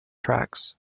tracks